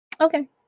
Okay